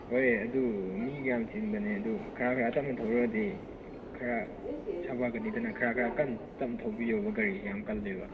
ꯍꯣꯏ ꯑꯗꯨ ꯃꯤꯒ ꯌꯥꯝ ꯆꯤꯟꯕꯅꯦ ꯑꯗꯨ ꯈꯔ ꯈꯔ ꯇꯞꯅ ꯊꯧꯔꯒꯗꯤ ꯈꯔ ꯁꯥꯐꯒꯅꯤꯗꯅ ꯈꯔ ꯈꯔ ꯀꯟꯅ ꯇꯞꯅ ꯊꯧꯕꯤꯎꯕ ꯒꯔꯤꯁꯦ ꯌꯥꯝ ꯀꯟꯂꯦꯕ